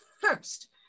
first